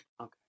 okay